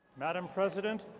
madame president,